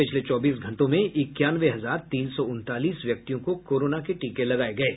पिछले चौबीस घंटों में इक्यानवें हजार तीन सौ उनतालीस व्यक्तियों को कोरोना के टीके लगाये गये